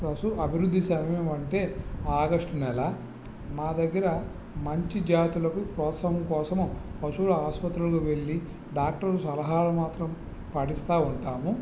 పశు అభివృద్ధి సమయం అంటే ఆగస్టు నెల మా దగ్గర మంచి జాతులకు ప్రోత్సాహం కోసము పశువుల ఆసుపత్రులకు వెళ్ళి డాక్టర్ల సలహాలు మాత్రం పాటిస్తూ ఉంటాము